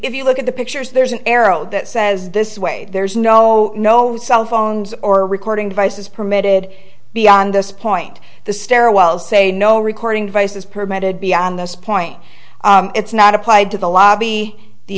if you look at the pictures there's an arrow that says this way there's no no cell phones or recording devices permitted beyond this point the stairwells say no recording devices permitted beyond this point it's not applied to the lobby the